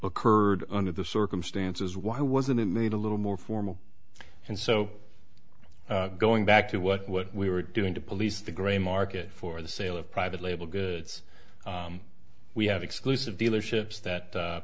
occurred under the circumstances why wasn't it made a little more formal and so going back to what we were doing to police the grey market for the sale of private label goods we have exclusive dealerships that